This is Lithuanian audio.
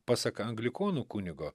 pasak anglikonų kunigo